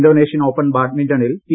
Indonesian Open ബാഡ്മിന്റണിൽ P